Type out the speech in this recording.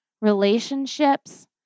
relationships